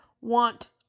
want